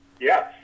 Yes